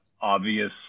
obvious